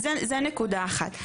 אז זה נקודה אחת.